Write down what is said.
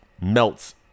melts